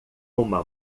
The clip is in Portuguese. uma